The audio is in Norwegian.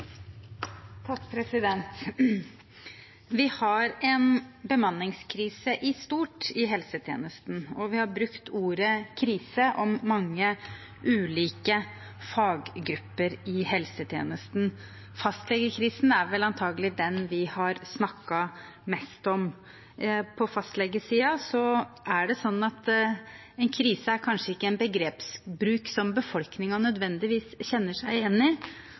Vi har en bemanningskrise i stort i helsetjenesten, og vi har brukt ordet krise om mange ulike faggrupper i helsetjenesten. Fastlegekrisen er vel antakelig den vi har snakket mest om. På fastlegesiden er kanskje ikke «krise» en begrepsbruk som befolkningen nødvendigvis kjenner seg igjen i,